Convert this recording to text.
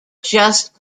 just